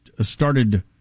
started